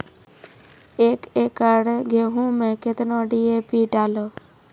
एक एकरऽ गेहूँ मैं कितना डी.ए.पी डालो?